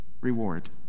reward